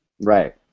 Right